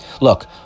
Look